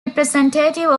representative